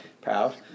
proud